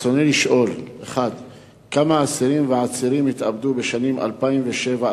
רצוני לשאול: 1. כמה אסירים ועצירים התאבדו בשנים 2007,